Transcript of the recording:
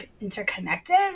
interconnected